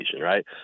right